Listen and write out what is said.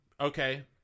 okay